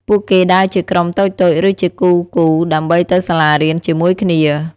ពួកគេដើរជាក្រុមតូចៗឬជាគូៗដើម្បីទៅសាលារៀនជាមួយគ្នា។